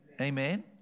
Amen